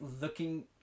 looking